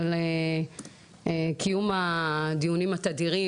על קיום הדיונים התדירים,